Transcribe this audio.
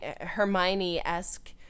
Hermione-esque